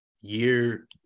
year